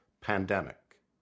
pandemic